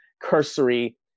cursory